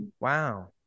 wow